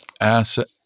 asset